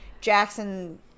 jackson